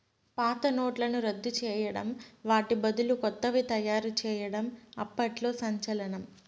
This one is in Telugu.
పాత నోట్లను రద్దు చేయడం వాటి బదులు కొత్తవి తయారు చేయడం అప్పట్లో సంచలనం